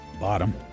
Bottom